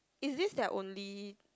is this their only